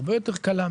הרבה יותר קלה,